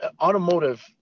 automotive